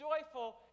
joyful